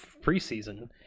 preseason